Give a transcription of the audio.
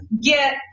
get